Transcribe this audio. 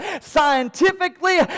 scientifically